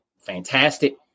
fantastic